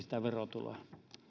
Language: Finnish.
sitä verotuloa